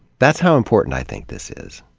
that's how important i think this is.